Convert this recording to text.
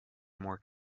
more